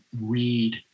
read